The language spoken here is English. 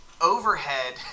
overhead